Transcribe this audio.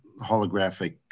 holographic